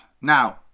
Now